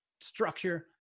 structure